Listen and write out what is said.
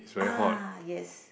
ah yes